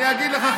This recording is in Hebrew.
אני אגיד לך,